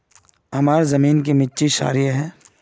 हमार जमीन की मिट्टी क्षारीय है?